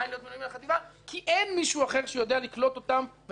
כי אין מישהו אחר שיודע לקלוט אותם ולטפל